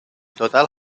total